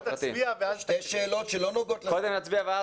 יש שתי שאלות שהועלו ואני